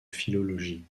philologie